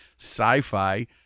sci-fi